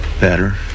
Better